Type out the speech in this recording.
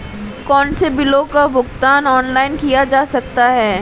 कौनसे बिलों का भुगतान ऑनलाइन किया जा सकता है?